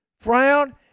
Frown